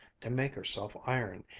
to make herself iron,